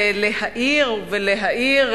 להעיר ולהאיר,